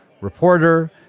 reporter